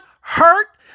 hurt